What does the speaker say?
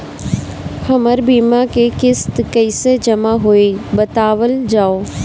हमर बीमा के किस्त कइसे जमा होई बतावल जाओ?